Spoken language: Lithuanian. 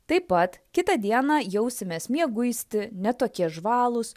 taip pat kitą dieną jausimės mieguisti ne tokie žvalūs